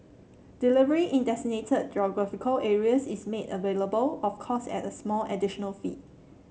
delivery in designated geographical areas is made available of course at a small additional fee